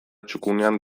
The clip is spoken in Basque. txukunean